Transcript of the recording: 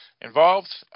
involved